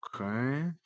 Okay